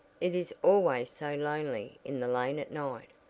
it is always so lonely in the lane at night,